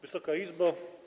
Wysoka Izbo!